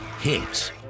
Hits